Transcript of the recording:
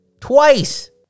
Twice